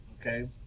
Okay